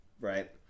right